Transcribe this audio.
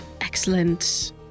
Excellent